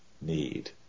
need